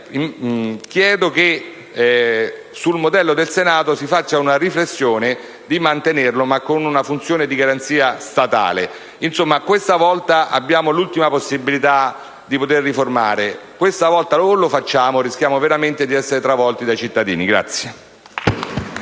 Chiedo che sul modello del Senato si svolga questa riflessione: mantenerlo, ma con una funzione di garanzia statale. Insomma, abbiamo l'ultima possibilità di riformare. Questa volta o lo facciamo o rischiamo veramente di essere travolti dai cittadini.